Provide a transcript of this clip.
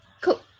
Cool